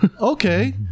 okay